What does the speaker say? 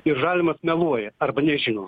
ir žalimas meluoja arba nežino